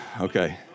Okay